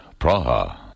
Praha